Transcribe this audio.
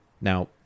Now